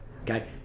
okay